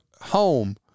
home